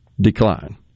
decline